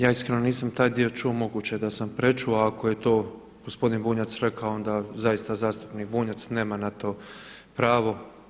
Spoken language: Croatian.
Ja iskreno nisam taj dio čuo, moguće da sam prečuo, ako je to gospodin Bunjac rekao onda zaista zastupnik Bunjac nema na to pravo.